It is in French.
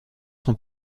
sont